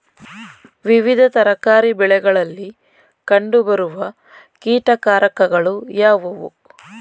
ವಿವಿಧ ತರಕಾರಿ ಬೆಳೆಗಳಲ್ಲಿ ಕಂಡು ಬರುವ ಕೀಟಕಾರಕಗಳು ಯಾವುವು?